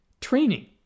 training